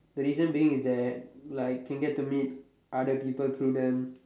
reason being is that like can get to meet other people through them